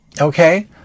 Okay